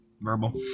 verbal